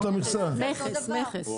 מכס, מכס.